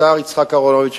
השר יצחק אהרונוביץ,